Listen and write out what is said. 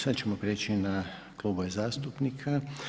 Sad ćemo prijeći na klubove zastupnika.